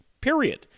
period